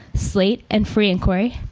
slate and free inquiry,